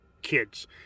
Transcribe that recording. kids